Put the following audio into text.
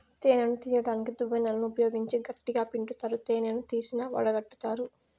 తేనెను తీయడానికి దువ్వెనలను ఉపయోగించి గట్టిగ పిండుతారు, తీసిన తేనెను వడగట్టుతారు